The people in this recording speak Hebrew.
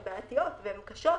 הן בעייתיות והן קשות.